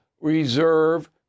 reserve